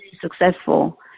successful